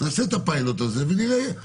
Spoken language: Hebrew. נעשה את הפיילוט הזה ונראה אם טוב.